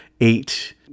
eight